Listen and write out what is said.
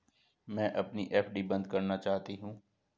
मैं अपनी एफ.डी बंद करना चाहती हूँ